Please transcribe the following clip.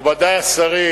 מכובדי השרים,